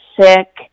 sick